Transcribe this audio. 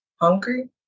Hungry